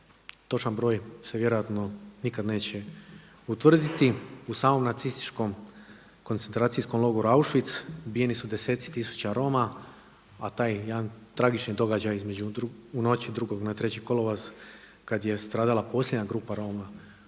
Točan broj se vjerojatno nikad neće utvrditi. U samom nacističkom Koncentracijskom logoru Auschwitz ubijeni su deseci tisuća Roma, a taj jedan tragični događaj u noći 2. na 3. kolovoz kada je stradala posljednja grupa Roma